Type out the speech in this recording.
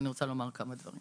קודם